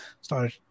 started